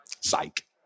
Psych